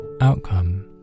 outcome